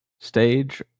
stage